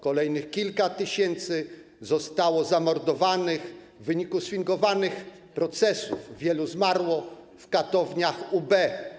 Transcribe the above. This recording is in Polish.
Kolejnych kilka tysięcy zostało zamordowanych w wyniku sfingowanych procesów, wielu zmarło w katowniach UB.